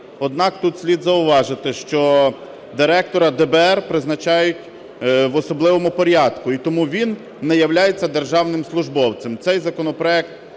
Однак, тут слід зауважити, що Директора ДБР призначають в особливому порядку і тому він не являється державним службовцем. Цей законопроект